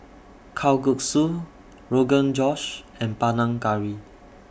Kalguksu Rogan Josh and Panang Curry